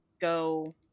Go